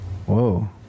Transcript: Whoa